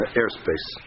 airspace